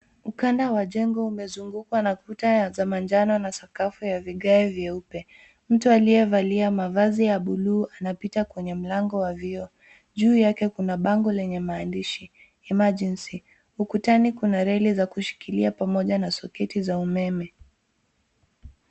Ukanda wa jengo umezungukwa na kuta ya manjano na sakafu ya vigae vyeupe. Mtu aliyevalia mavazi ya buluu anapita kwenye mlango wa vioo. Juu yake kuna bango lenye maandishi emergency .Ukutani kuna reli za kushikilia pamoja na umeme.